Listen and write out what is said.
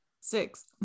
six